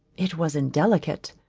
it was indelicate.